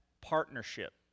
partnership